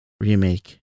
remake